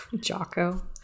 Jocko